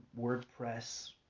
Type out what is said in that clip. WordPress